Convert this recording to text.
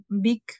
big